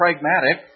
pragmatic